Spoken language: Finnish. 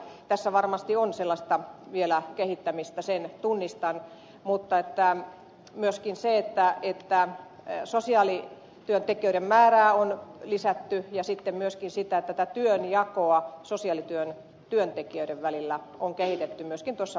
tässä varmasti on vielä kehittämistä sen tunnustan mutta myöskin se että yhtään eu sosiaali sosiaalityöntekijöiden määrää on lisätty ja sitten myöskin tätä työnjakoa sosiaalityön työntekijöiden välillä on kehitetty myöskin tuossa